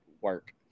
work